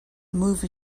movie